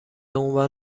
عنوان